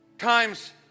Time's